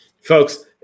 folks